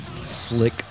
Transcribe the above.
Slick